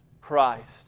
Christ